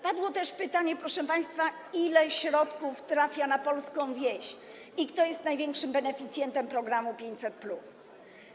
Padło też pytanie, proszę państwa, ile środków trafia na polską wieś i kto jest największym beneficjentem programu 500+.